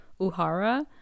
Uhara